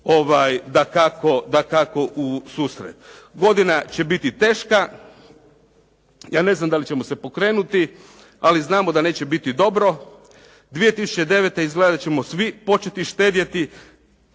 dakako u susret. Godina će biti teška. Ja ne znam da li ćemo se pokrenuti, ali znamo da neće biti dobro. 2009. izgleda da ćemo svi početi štedjeti,